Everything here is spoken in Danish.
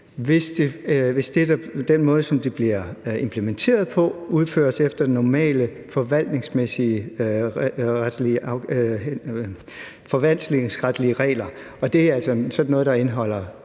hvis den måde, som de bliver implementeret på, følger normale forvaltningsretlige regler, og det er altså sådan noget, der indeholder